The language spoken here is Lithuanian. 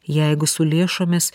jeigu su lėšomis